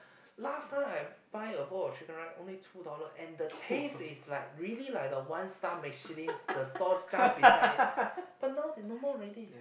last time I have buy a bowl of chicken rice only two dollar and the taste is like really like the one star Michelin the stall just beside but now they no more already